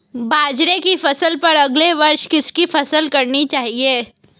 बाजरे की फसल पर अगले वर्ष किसकी फसल करनी चाहिए?